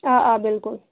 آ آ بِلکُل